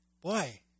boy